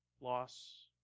loss